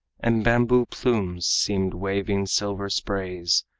and bamboo-plumes seemed waving silver sprays,